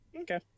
okay